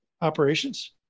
operations